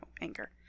anger